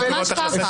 ממש ככה.